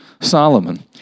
Solomon